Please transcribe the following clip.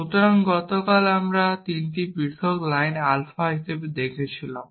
সুতরাং গতবার আমরা তিনটি পৃথক লাইন আলফা হিসাবে লিখেছিলাম